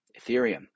Ethereum